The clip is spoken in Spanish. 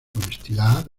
honestidad